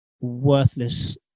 worthless